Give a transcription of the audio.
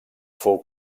fou